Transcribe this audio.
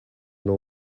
know